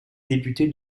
députés